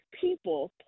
people